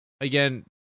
again